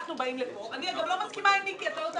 אנחנו באים לפה אני אגב לא מסכימה עם מיקי לוי,